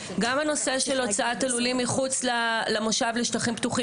גם הנושא של הוצאת הלולים מחוץ למושב לשטחים פתוחים